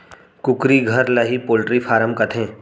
कुकरी घर ल ही पोल्टी फारम कथें